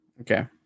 Okay